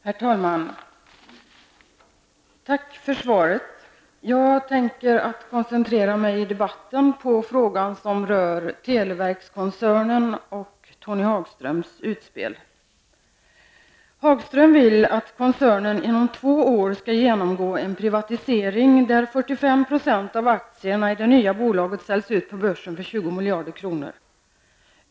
Herr talman! Tack för svaret. Jag tänker koncentrera mig i debatten på frågan som rör televerkskoncernen och Tony Hagströms utspel. Hagström vill att koncernen inom två år skall genomgå en privatisering där 45 % av aktierna i det nya bolaget skall säljas ut på börsen för 20 miljarder kronor.